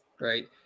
right